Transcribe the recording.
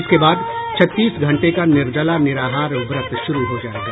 इसके बाद छत्तीस घंटे का निर्जला निराहार व्रत शुरू हो जायेगा